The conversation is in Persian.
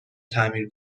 تعمیر